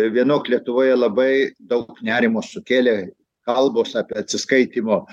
vienok lietuvoje labai daug nerimo sukėlė kalbos apie atsiskaitymo